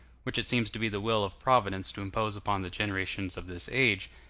which it seems to be the will of providence to impose upon the generations of this age,